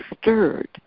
stirred